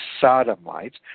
sodomites